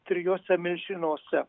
trijuose milžinuose